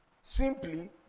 Simply